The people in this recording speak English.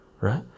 right